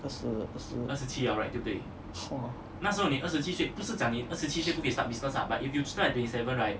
二十二十 !wah!